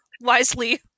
wisely